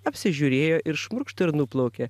apsižiūrėjo ir šmurkšt ir nuplaukė